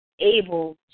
able